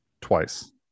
Twice